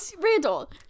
Randall